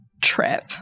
trip